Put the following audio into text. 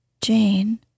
Jane